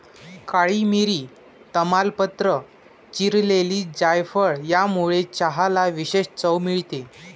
काळी मिरी, तमालपत्र, चिरलेली जायफळ यामुळे चहाला विशेष चव मिळते